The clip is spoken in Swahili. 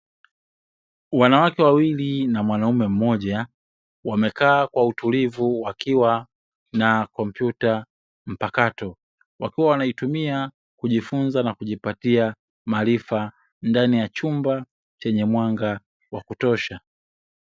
Wanawake wawili na mwanaume mmoja, wamekaa kwa utulivu wakiwa na kompyuta mpakato, wakiwa wanajifunza nakujipatia maarifa ndani ya chumba chenye mwanga wakutosha.